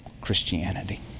Christianity